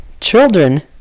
children